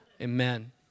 amen